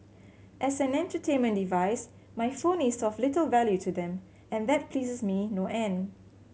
as an entertainment device my phone is of little value to them and that pleases me no end